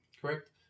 correct